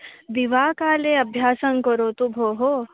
दिवाकाले अभ्यासं करोतु भोः